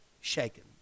shaken